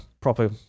proper